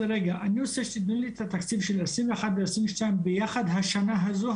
רגע אני רוצה שתתנו לי את התקציב של 2021 ו-2022 ביחד השנה הזו,